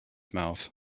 mouth